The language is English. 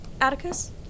Atticus